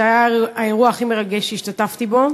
זה היה האירוע הכי מרגש שהשתתפתי בו.